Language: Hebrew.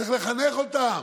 צריך לחנך אותם,